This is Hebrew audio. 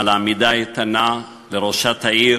על העמידה האיתנה, לראשת העיר